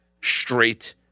straight